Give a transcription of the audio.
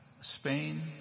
Spain